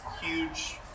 huge